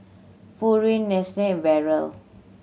Pureen Nestle and Barrel